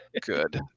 good